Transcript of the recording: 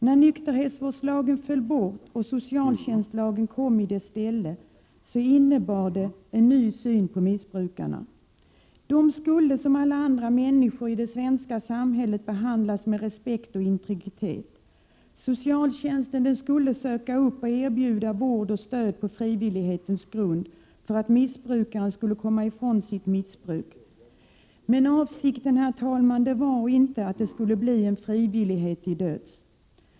När nykterhetsvårdslagen föll bort och socialtjänstlagen kom i dess ställe innebar det en ny syn på missbrukarna. De skulle som alla andra människor i det svenska samhället behandlas med respekt och integritet. Socialtjänsten skulle söka upp och erbjuda vård och stöd på frivillighetens grund för att missbrukaren skulle komma ifrån sitt missbruk. Men avsikten, herr talman, var inte att det skulle bli en frivillighet till döds.